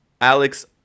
Alex